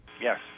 Yes